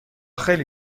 خیلی